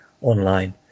online